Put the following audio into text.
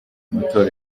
amatora